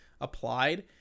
applied